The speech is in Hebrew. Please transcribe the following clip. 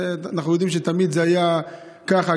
אנחנו יודעים שתמיד זה היה ככה,